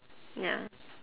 ya